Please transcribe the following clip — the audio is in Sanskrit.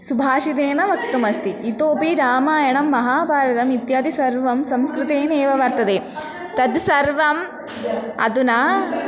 सुभाषितेन वक्तुम् अस्ति इतोऽपि रामायणं महाभारतम् इत्यादि सर्वं संस्कृतेनैव वर्तते तद् सर्वम् अधुना